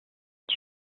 est